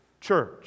church